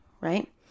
right